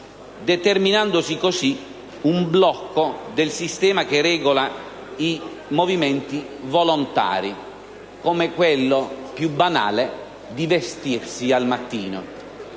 determinando un blocco del sistema che regola i movimenti volontari, come quello più banale di vestirsi al mattino.